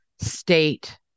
state